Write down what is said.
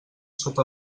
sota